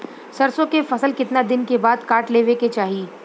सरसो के फसल कितना दिन के बाद काट लेवे के चाही?